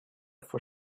for